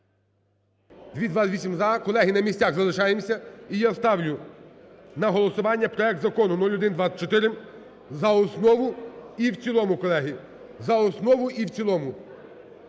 За-228 Колеги, на місцях залишаємося. І я ставлю на голосування проект Закону 0124 за основу і в цілому, колеги. За основу і в цілому.